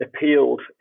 appealed